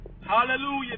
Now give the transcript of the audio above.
Hallelujah